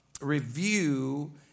review